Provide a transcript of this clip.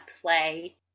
play